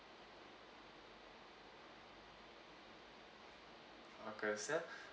okay sir